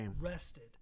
rested